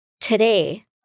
today